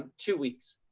two weeks.